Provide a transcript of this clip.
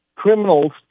criminals